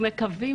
אנחנו מקווים